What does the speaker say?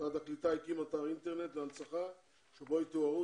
משרד הקליטה הקים אתר אינטרנט להנצחה שבו יתוארו